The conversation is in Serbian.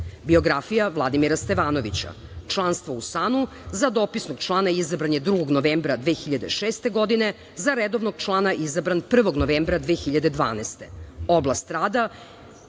godine. Biografija Vladimira Stevanovića, članstvo u SANU, za dopisnog člana izabran je 2. novembra 2006. godine, za redovnog člana izabran je 1. novembra 2012. godine. Oblast rada